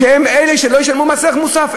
עליהן לא ישלמו מס ערך מוסף.